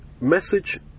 message